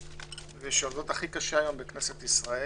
שעובדת הכי קשה היום בכנסת ישראל